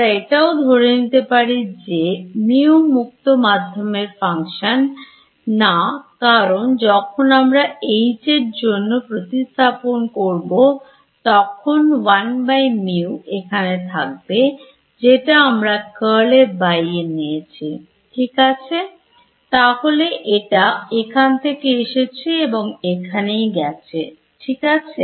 আমরা এটাও আরো ধরে নিতে পারি যেmu মুক্ত মাধ্যমের Function না কারণ যখন আমরা H এর জন্য প্রতিস্থাপন করব তখন 1mu এখানে থাকবে যেটা আমরা curl এর বাইরে নিয়েছি ঠিক আছে তাহলে এটা এখান থেকে এসেছে এবং এখানেই গেছে ঠিক আছে